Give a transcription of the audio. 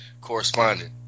correspondent